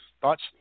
Thoughts